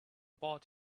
board